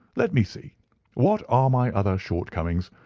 let me see what are my other shortcomings.